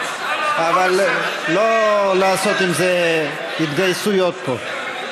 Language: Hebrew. אבל לא לעשות עם זה התגייסויות פה.